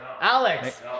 Alex